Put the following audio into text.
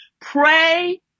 Pray